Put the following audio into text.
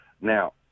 Now